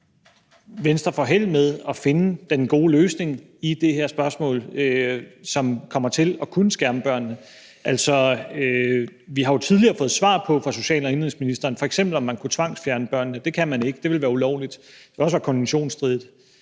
spørgsmål får held med at finde den gode løsning, som kommer til at kunne skærme børnene. Vi har jo tidligere fået svar fra social- og indenrigsministeren på, om man f.eks. kunne tvangsfjerne børnene. Det kan man ikke. Det vil være ulovligt. Det vil også være konventionsstridigt.